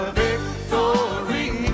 victory